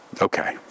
Okay